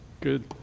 good